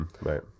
right